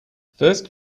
first